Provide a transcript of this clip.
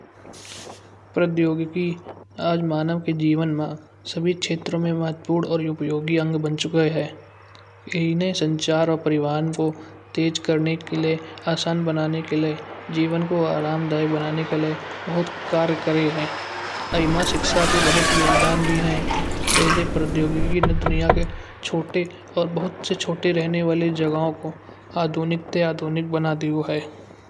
प्रौद्योगिकी आज मानव के जीवन में सभी क्षेत्रों में महत्त्वपूर्ण और उपयोगी अंग बन चुके हैं। यहीं ने संचार परिवार को तेज करने के लिए आसान बनाने के लिए जीवन को आरामदायक बनाने के लिए बहुत कार्य करे हैं। आईईमए शिक्षा के बहुत योगदान भी हैं जैसे प्रौद्योगिकी नथुनिया के छोटे और बहुत से छोटे रहने वाले जगहों को आधुनिक ते आधुनिक बना दियो है।